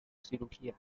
cirugía